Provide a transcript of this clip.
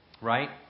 Right